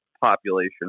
population